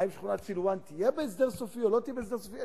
האם שכונת סילואן תהיה בהסדר סופי או לא תהיה בהסדר סופי.